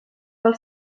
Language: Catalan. pel